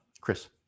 Chris